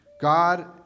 God